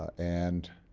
and